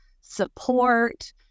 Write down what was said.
support